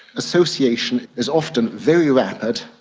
association is often very rapid,